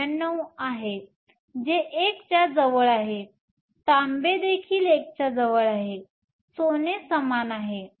99 आहे जे 1 च्या जवळ आहे तांबे देखील 1 च्या जवळ आहे सोने समान आहे